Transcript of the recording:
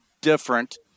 different